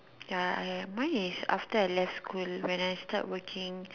ya mine is after I left school when I start working